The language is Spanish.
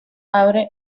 abre